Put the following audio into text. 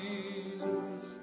Jesus